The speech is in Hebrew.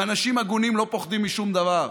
ואנשים הגונים לא פוחדים משום דבר.